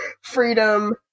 Freedom